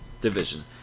Division